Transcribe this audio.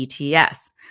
ETS